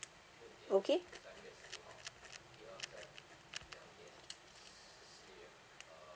okay